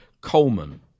Coleman